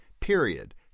period